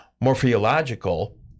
morphological